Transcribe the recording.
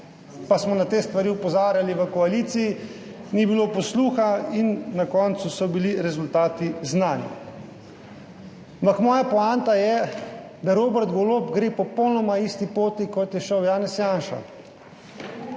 Pa smo na te stvari opozarjali. V koaliciji ni bilo posluha in na koncu so bili rezultati znani. Ampak moja poanta je, da gre Robert Golob po popolnoma isti poti, kot je šel Janez Janša,